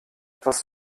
etwas